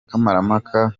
kamarampaka